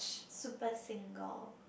super single